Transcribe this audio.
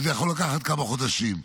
וזה יכול לקחת כמה חודשים.